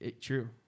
true